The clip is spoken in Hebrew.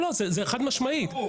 זה חד משמעית.